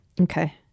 Okay